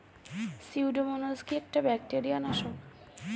Pseudomonas কি একটা bacteria নাশক?